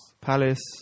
Palace